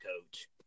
coach